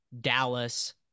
Dallas